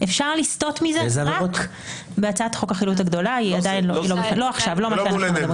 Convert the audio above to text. השאלה היא האם אתם גם אז אתם הולכים לצד ג' ומחילים את הסייגים או